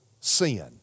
sin